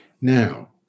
Now